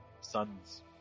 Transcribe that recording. son's